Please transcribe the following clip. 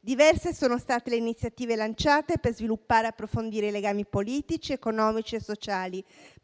diverse sono le iniziative lanciate per sviluppare ed approfondire i legami politici, economici e sociali